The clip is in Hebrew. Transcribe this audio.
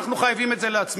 אנחנו חייבים את זה לעצמנו.